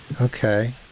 Okay